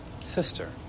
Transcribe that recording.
sister